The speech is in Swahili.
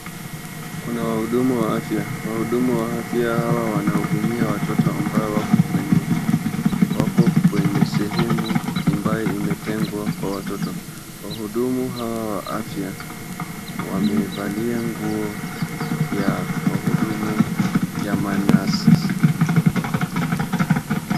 Kuna wahudumu wa afya. Wahudumu wa afya hawa wanahudumia watoto ambao wako kwenye sehemu ambaye imetengwa kwa watoto. Wahudumu hao wa afya wamevalia nguo ya wahudumu ya ma nurses .